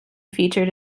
featured